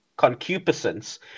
concupiscence